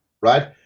right